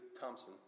Thompson